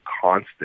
constant